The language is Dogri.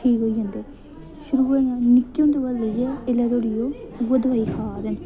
ठीक होई जंदे निक्के होंदे कोला लेइयै एल्लै धोड़ी ओह् दोआई खा दे न